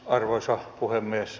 arvoisa puhemies